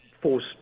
force